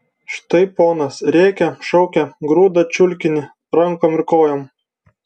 štai ponas rėkia šaukia grūda čiulkinį rankom ir kojom